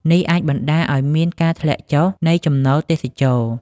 នេះអាចបណ្តាលឱ្យមានការធ្លាក់ចុះនៃចំណូលទេសចរណ៍។